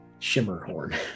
Shimmerhorn